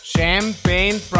Champagne